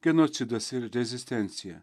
genocidas ir rezistencija